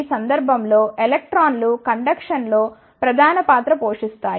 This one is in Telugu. ఈ సందర్భం లో ఎలక్ట్రాన్లు కండక్షన్ లో ప్రధాన పాత్ర పోషిస్తాయి